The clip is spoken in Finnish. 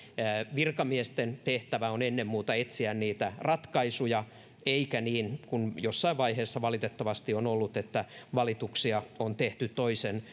virkamiesten tehtävä on ennen muuta etsiä ratkaisuja eikä niin kuin jossain vaiheessa valitettavasti on ollut että valituksia on tehty toisen